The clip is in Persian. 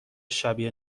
شبیه